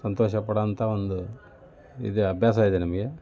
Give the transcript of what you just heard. ಸಂತೋಷ ಪಡುವಂಥ ಒಂದು ಇದು ಅಭ್ಯಾಸ ಇದೆ